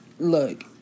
Look